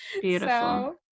Beautiful